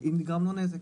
אם נגרם לו נזק.